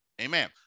Amen